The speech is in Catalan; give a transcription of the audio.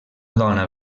dona